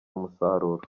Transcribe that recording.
umusaruro